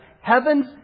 heavens